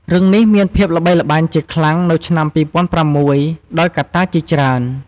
រឿងនេះមានភាពល្បីល្បាញជាខ្លាំងនៅឆ្នាំ២០០៦ ដោយកត្តាជាច្រើន។